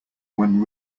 when